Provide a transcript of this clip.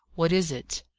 what is it?